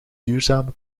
duurzame